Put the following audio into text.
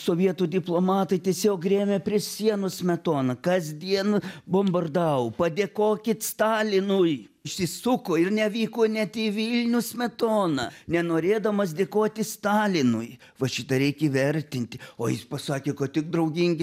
sovietų diplomatai tiesiog rėmė prie sienos smetoną kasdien bombardavo padėkokit stalinui išsisuko ir nevyko net į vilnių smetona nenorėdamas dėkoti stalinui va šitą reik įvertinti o jis pasakė kad tik draugingi